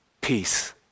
peace